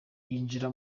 yinjira